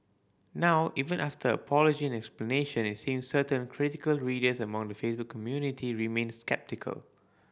now even after apology and explanation it seems certain critical readers among the Facebook community remained sceptical